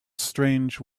strange